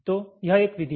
तो यह एक विधि है